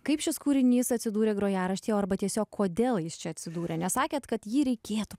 kaip šis kūrinys atsidūrė grojaraštyje arba tiesiog kodėl jis čia atsidūrė nes sakėt kad jį reikėtų